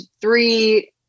three